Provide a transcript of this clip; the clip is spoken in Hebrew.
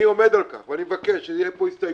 אני עומד על כך ואני מבקש שתהיה פה הסתייגות,